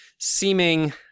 Seeming